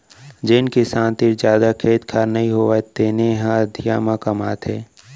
जेन किसान तीर जादा खेत खार नइ होवय तेने ह अधिया म कमाथे